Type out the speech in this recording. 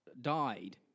died